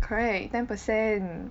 correct ten per cent